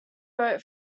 wrote